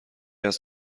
است